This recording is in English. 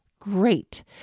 great